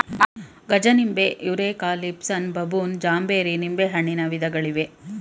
ಗಜನಿಂಬೆ, Eureka, Lisbon, ಬಬೂನ್, ಜಾಂಬೇರಿ ನಿಂಬೆಹಣ್ಣಿನ ವಿಧಗಳಿವೆ